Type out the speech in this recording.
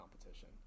competition